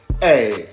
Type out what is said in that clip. Hey